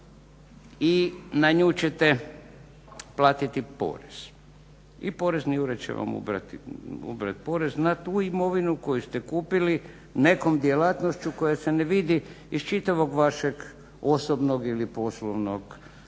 i na nju ćete platiti porez. I porezni ured će vam ubrati porez na tu imovinu koju ste kupili nekom djelatnošću koja se ne vidi iz čitavog vaše osobnog ili poslovnog poslovanja.